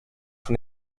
von